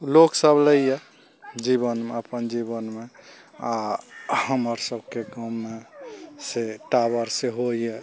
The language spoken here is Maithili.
लोक सब लैये जीवनमे अपन जीवनमे आओर हमर सबके गाममे से टावर सेहो यऽ